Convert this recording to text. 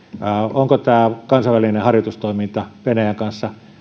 onko tämä kansainvälinen harjoitustoiminta venäjän kanssa